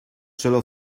solo